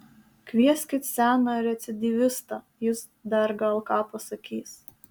kvieskit seną recidyvistą jis dar gal ką pasakys